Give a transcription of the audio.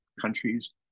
countries